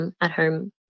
at-home